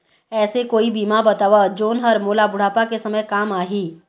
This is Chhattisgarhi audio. ऐसे कोई बीमा बताव जोन हर मोला बुढ़ापा के समय काम आही?